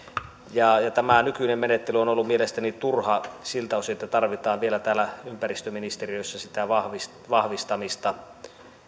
ja ja tämä nykyinen menettely on ollut mielestäni turha siltä osin että tarvitaan vielä täällä ympäristöministeriössä sitä vahvistamista vahvistamista